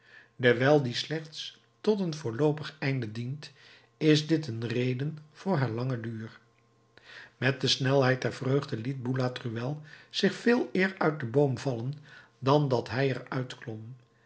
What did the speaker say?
dewijl die slechts tot een voorloopig einde dient is dit een reden voor haar langen duur met de snelheid der vreugde liet boulatruelle zich veeleer uit den boom vallen dan dat hij er